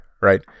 Right